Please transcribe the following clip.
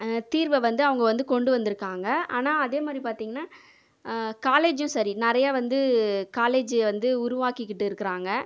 தீர்வை வந்து அவங்க வந்து கொண்டு வந்து இருக்காங்க ஆனால் அதே மாதிரி பார்த்தீங்கன்னா காலேஜஸும் சரி நிறைய வந்து காலேஜி வந்து உருவாக்கிக்கிட்டு இருக்கிறாங்க